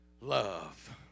love